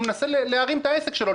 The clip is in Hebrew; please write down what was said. הוא מנסה להרים את העסק שלו,